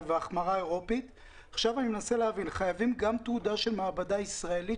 האם חייבים גם תעודה של מעבדה ישראלית